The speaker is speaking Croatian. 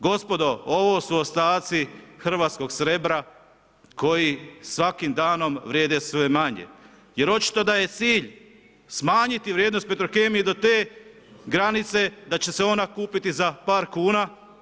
Gospodo, ovo su ostaci hrvatskog srebra koji svakim danom vrijede sve manje jer očito da je cilj smanjiti vrijednost Petrokemije do te granice da će se ona kupiti za par kuna.